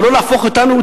ולא להפוך אותנו,